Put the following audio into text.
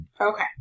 Okay